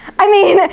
i mean,